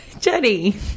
Jenny